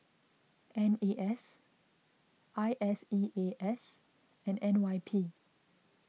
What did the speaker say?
N E S I S E A S and N Y P